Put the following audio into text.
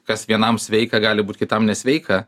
kas vienam sveika gali būti kitam nesveika